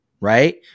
right